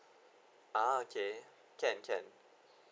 ah okay can can